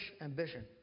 ambition